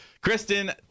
Kristen